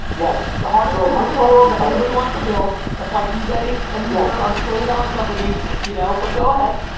yes. the hardest business in the world that everybody wants to build, that's why ebay and uber are trillion dollar companies, you know, but go ahead.